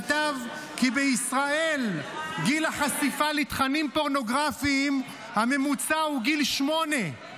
כתב כי בישראל גיל החשיפה לתכנים פורנוגרפיים בממוצע הוא גיל שמונה,